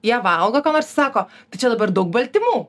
jie valgo ką nors i sako tai čia dabar daug baltymų